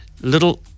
little